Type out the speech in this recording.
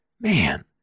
Man